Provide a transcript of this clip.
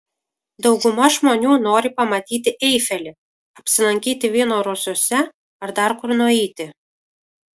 dauguma žmonių nori pamatyti eifelį apsilankyti vyno rūsiuose ar dar kur nueiti